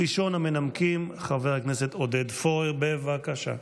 ראשון המנמקים, חבר הכנסת עודד פורר, בבקשה.